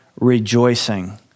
rejoicing